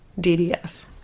DDS